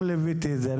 ליוויתי גם את זה.